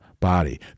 Body